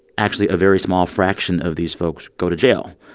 actually, a very small fraction of these folks go to jail.